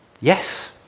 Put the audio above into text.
Yes